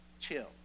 Chill